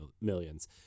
millions